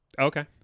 Okay